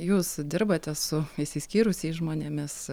jūs dirbate su išsiskyrusiais žmonėmis